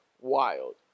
Wild